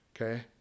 Okay